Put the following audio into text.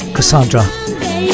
Cassandra